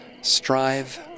strive